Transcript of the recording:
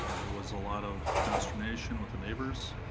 ah there was a lot of consternation with the neighbors,